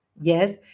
yes